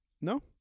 No